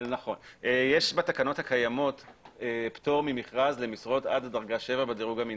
יש בתקנות הקיימות פטור ממכרז למשרות עד דרגה 7 בדירוג המנהלי.